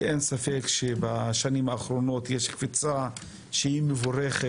שאין ספק שבשנים האחרונות יש קפיצה מבורכת,